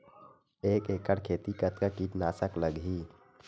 एक एकड़ खेती कतका किट नाशक लगही?